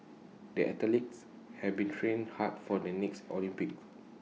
the athletes have been training hard for the next Olympics